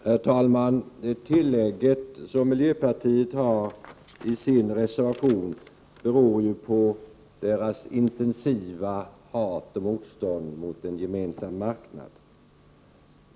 Herr talman! Det tillägg som miljöpartiet har gjort i sin reservation beror ju på dess intensiva hat och motstånd mot en gemensam marknad.